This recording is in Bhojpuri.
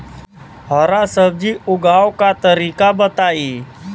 हरा सब्जी उगाव का तरीका बताई?